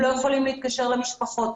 הם לא יכולים להתקשר למשפחות.